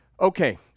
Okay